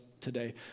today